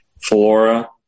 flora